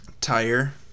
tire